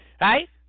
right